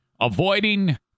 avoiding